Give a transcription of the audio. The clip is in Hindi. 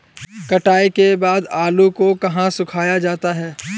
कटाई के बाद आलू को कहाँ सुखाया जाता है?